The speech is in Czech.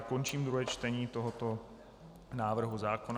Končím druhé čtení tohoto návrhu zákona.